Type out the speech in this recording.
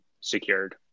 secured